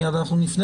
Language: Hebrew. מיד אנחנו נפנה